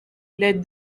les